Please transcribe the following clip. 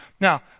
Now